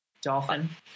dolphin